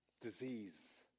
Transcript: disease